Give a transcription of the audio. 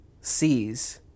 sees